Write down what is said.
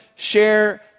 Share